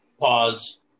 pause